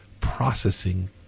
processing